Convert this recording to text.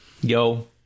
Yo